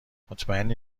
مطمئنی